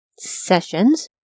sessions